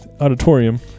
Auditorium